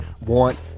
want